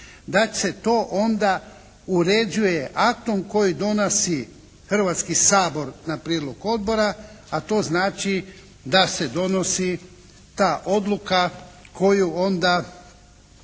da se to onda uređuje aktom koji donosi Hrvatski sabor na prijedlog odbora, a to znači da se donosi ta odluka koju onda,